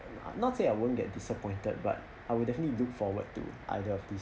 not say I won't get disappointed but I will definitely look forward to either of these